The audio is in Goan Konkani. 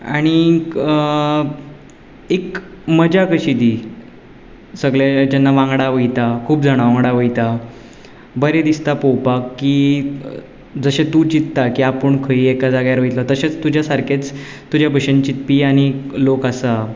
आनीक एक मजा कशी ती सगले जेन्ना वांगडा वयतात खूब जाणा वांगडा वयता बरें दिसता पळोवपाक की जशें तूं चिंतता की आपूण खंयी एका जाग्यार वयतलो तशेंच तुज्या सारकेंच तुजे भशेन चिंतपी आनीक लोक आसा